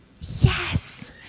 Yes